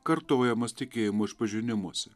kartojamas tikėjimo išpažinimuose